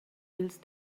ils